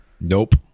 Nope